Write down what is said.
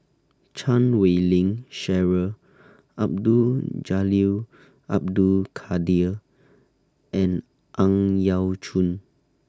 Chan Wei Ling Cheryl Abdul Jalil Abdul Kadir and Ang Yau Choon